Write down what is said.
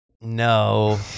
No